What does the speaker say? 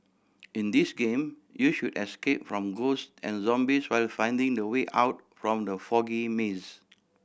in this game you should escape from ghost and zombies while finding the way out from the foggy maze